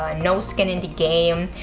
um no skin in the game,